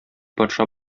патша